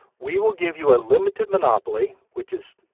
we will give you a limited monopoly which is,